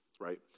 right